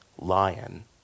lion